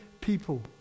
people